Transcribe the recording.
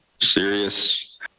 serious